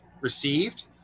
received